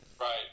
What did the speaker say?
Right